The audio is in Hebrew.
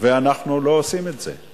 ואנחנו לא עושים את זה.